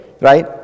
right